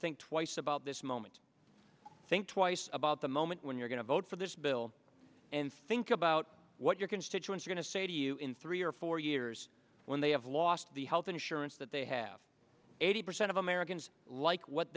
think twice about this moment think twice about the moment when you're going to vote for this bill and think about what your constituents going to say to you in three or four years when they have lost the health insurance that they have eighty percent of americans like what